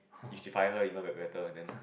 if she fire her even b~ better then